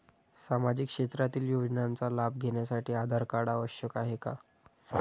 सामाजिक क्षेत्रातील योजनांचा लाभ घेण्यासाठी आधार कार्ड आवश्यक आहे का?